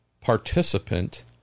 participant